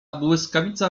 błyskawica